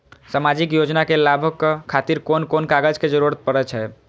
सामाजिक योजना के लाभक खातिर कोन कोन कागज के जरुरत परै छै?